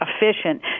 efficient